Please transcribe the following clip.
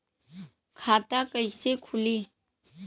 खाता कईसे खुली?